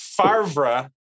Farvra